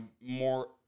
more